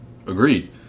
Agreed